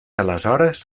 aleshores